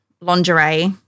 lingerie